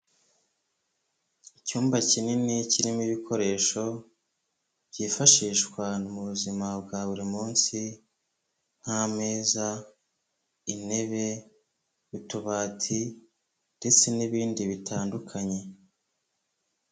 Icyumba kinini kirimo ibikoresho byifashishwa mu buzima bwa buri munsi nk'ameza, intebe, utubati ndetse n'ibindi bitandukanye.